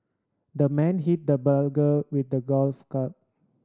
the man hit the burglar with a golf club